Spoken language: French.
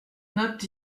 notes